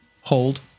Hold